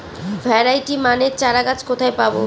Variety মানের চারাগাছ কোথায় পাবো?